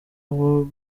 ahubwo